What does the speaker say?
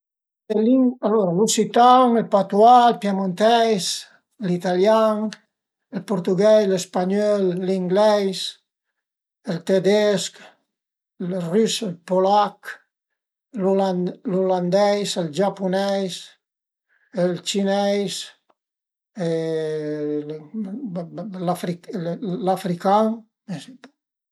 Le lingue, alura, l'usitan, ël patuà, ël piemunteis, l'italian, ël purtugheis, lë spagnöl, l'ingleis, ël tedesch, ël rüse, ël pulach, l'ulandeis, ël giapuneis, ël cineis l'african e sai pa